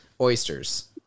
Oysters